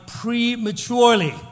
prematurely